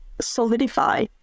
solidify